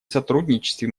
сотрудничестве